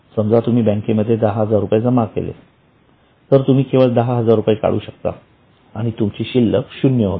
समजा तुम्ही बँके मध्ये दहा हजार रुपये जमा केले तर तुम्ही केवळ दहा हजार रुपये काढू शकता आणि तुमची शिल्लक शून्य होते